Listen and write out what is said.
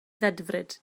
ddedfryd